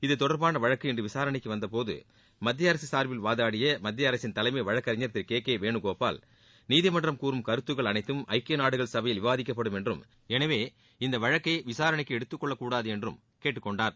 இத்தொடர்பாள வழக்கு இன்று விசாரணைக்கு வந்தபோது மத்திய அரசு சாா்பில் வாதாடிய மத்திய அரசின் தலைமை வழக்கறிஞர் திரு கே கே வேணுகோபால் நீதிமன்றம் கூறும் கருத்துக்கள் அனைத்தம் ஐக்கிய நாடுகள் சபையில் விவாதிக்கப்படும் என்றும் எனவே இந்த வழக்கை விசாரணைக்கு எடுத்துக் கொள்ளக்கூடாது என்று கேட்டுக் கொண்டார்